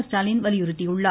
ஸ்டாலின் வலியுறுத்தியுள்ளார்